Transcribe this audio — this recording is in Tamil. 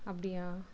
அப்படியா